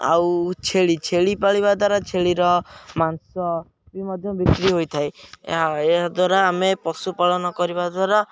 ଆଉ ଛେଳି ଛେଳି ପାଳିବା ଦ୍ୱାରା ଛେଳିର ମାଂସ ବି ମଧ୍ୟ ବିକ୍ରି ହୋଇଥାଏ ଏହା ଏହାଦ୍ୱାରା ଆମେ ପଶୁପାଳନ କରିବା ଦ୍ୱାରା